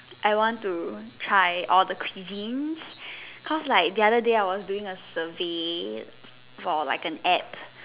I want to try all the cuisines cause like the other day I was doing a survey for like an ad